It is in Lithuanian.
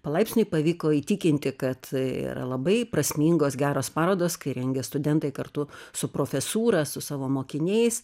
palaipsniui pavyko įtikinti kad yra labai prasmingos geros parodos kai rengia studentai kartu su profesūra su savo mokiniais